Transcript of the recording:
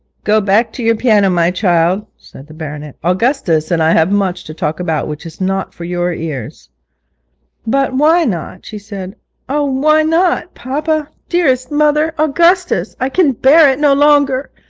go back to your piano, my child said the baronet augustus and i have much to talk about which is not for your ears but why not she said oh, why not? papa! dearest mother! augustus! i can bear it no longer!